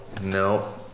no